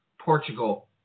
Portugal